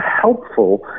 helpful